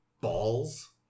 Balls